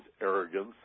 arrogance